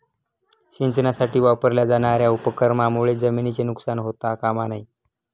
सिंचनासाठी वापरल्या जाणार्या उपकरणांमुळे जमिनीचे नुकसान होता कामा नये